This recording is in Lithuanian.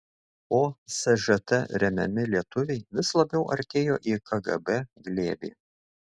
o sžt remiami lietuviai vis labiau artėjo į kgb glėbį